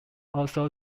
also